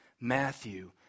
Matthew